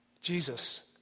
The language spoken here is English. Jesus